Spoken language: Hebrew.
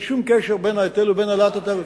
שום קשר בין ההיטל ובין העלאת התעריפים.